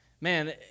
Man